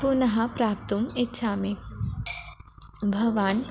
पुनः प्राप्तुम् इच्छामि भवान्